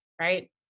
right